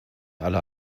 alle